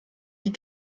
die